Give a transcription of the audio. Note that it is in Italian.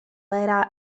era